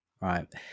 right